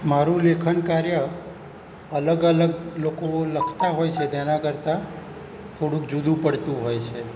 મારું લેખન કાર્ય અલગ અલગ લોકો લખતા હોય છે તેના કરતાં થોડુંક જુદું પડતું હોય છે